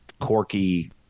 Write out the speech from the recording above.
quirky